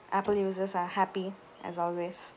apple users are happy as always